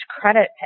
credit